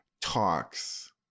talks